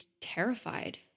terrified